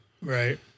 Right